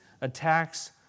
attacks